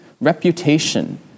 reputation